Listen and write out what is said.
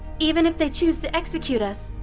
even if they choose to execute us,